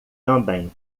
também